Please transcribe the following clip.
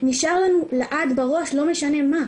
נשאר לנו לעד בראש לא משנה מה.